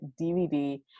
dvd